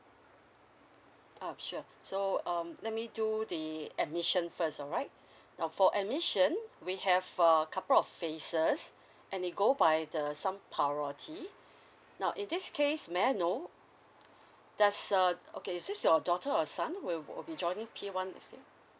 uh sure so um let me do the admission first alright now for admission we have a couple of phases and they go by the some priority now in this case may I know does uh okay is this your daughter or son who will will be will be joining P one this year